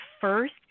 first